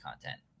content